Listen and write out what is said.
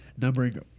numbering